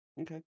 Okay